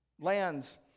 lands